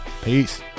Peace